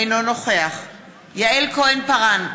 אינו נוכח יעל כהן-פארן,